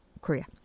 Korea